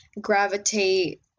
gravitate